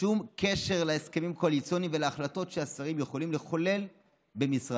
שום קשר בין ההסכמים הקואליציוניים להחלטות שהשרים יכולים לחולל במשרדם.